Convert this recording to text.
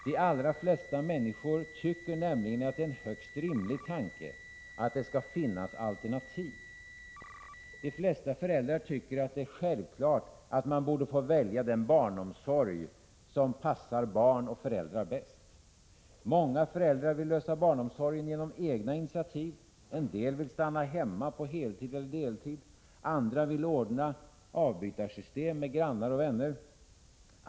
De allra flesta människor tycker nämligen att det är en högst rimlig tanke att det skall finnas alternativ. De flesta föräldrar tycker det är självklart att man borde få välja den barnomsorg som passar barn och föräldrar bäst. Många föräldrar vill lösa barnomsorgsfrågan genom egna initiativ. En del vill stanna hemma på heltid eller deltid. Andra vill ordna avbytarsystem med grannar och vänner.